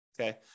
okay